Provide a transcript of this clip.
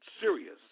serious